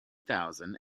thousand